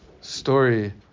story